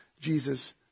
Jesus